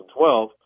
2012